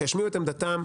שישמיעו את עמדתם.